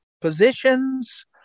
positions